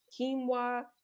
quinoa